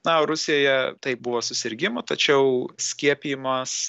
na o rusijoje taip buvo susirgimų tačiau skiepijimas